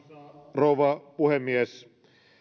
rouva puhemies